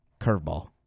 Curveball